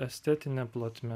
estetine plotme